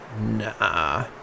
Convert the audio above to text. Nah